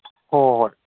ꯑꯣ ꯑꯣ ꯍꯣꯏ